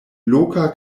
loka